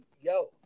yo